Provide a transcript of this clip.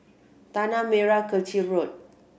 Tanah Merah Kechil Road